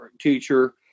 teacher